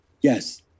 Yes